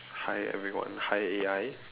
hi everyone hi A_I